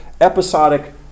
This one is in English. episodic